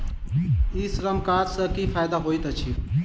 ई Shram card सँ की फायदा होइत अछि?